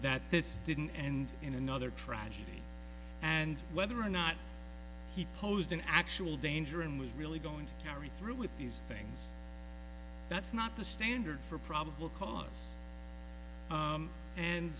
that this didn't end in another tragedy and whether or not he posed an actual danger and was really going to carry through with these things that's not the standard for probable cause